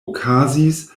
okazis